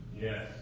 Yes